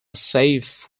safe